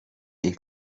این